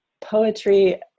poetry